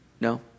No